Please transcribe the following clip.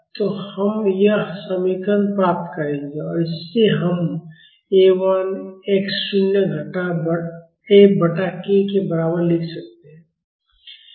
तो हम यह समीकरण प्राप्त करेंगे और इससे हम A 1 x शून्य घटा F बटा k के बराबर लिख सकते हैं